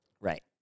Right